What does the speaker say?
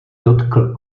dotkl